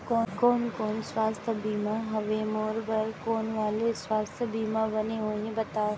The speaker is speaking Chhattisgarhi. कोन कोन स्वास्थ्य बीमा हवे, मोर बर कोन वाले स्वास्थ बीमा बने होही बताव?